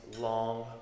long